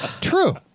true